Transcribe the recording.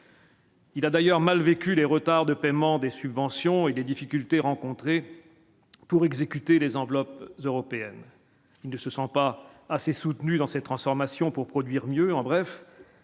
Il a d'ailleurs mal vécu les retards de paiement des subventions et des difficultés rencontrées pour exécuter les enveloppes européenne, il ne se sent pas assez soutenu dans cette transformation pour produire mieux